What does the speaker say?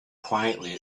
quietly